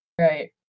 right